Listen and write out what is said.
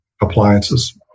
appliances